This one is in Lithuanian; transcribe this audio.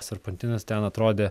serpantinas ten atrodė